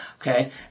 Okay